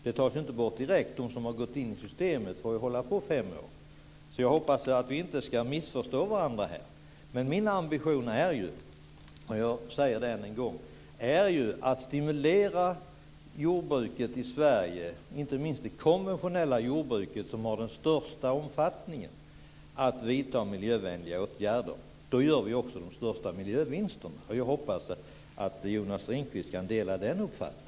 De tas inte bort direkt. De som har gått in i systemet får hålla på i fem år. Jag hoppas att vi inte ska missförstå varandra, men jag säger än en gång att min ambition är att stimulera jordbruket i Sverige - inte minst det konventionella jordbruket, som har den största omfattningen - att vidta miljövänliga åtgärder. Då gör vi också de största miljövinsterna. Jag hoppas att Jonas Ringqvist kan dela den uppfattningen.